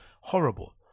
Horrible